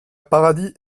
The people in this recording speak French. paradis